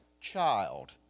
child